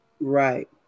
Right